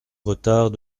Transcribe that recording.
retard